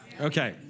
Okay